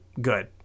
good